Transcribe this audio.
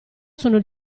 sono